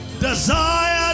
desire